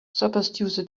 superstitious